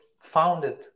founded